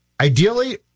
ideally